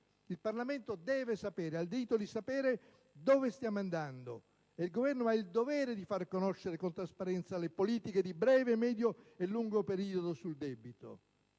Il Parlamento deve sapere, ha il diritto di sapere dove stiamo andando, e il Governo ha il dovere di far conoscere con trasparenza le politiche di breve, medio e lungo periodo sul debito.